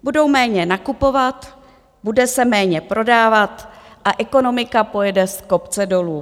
Budou méně nakupovat, bude se méně prodávat a ekonomika pojede z kopce dolů.